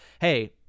hey